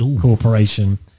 Corporation